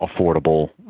affordable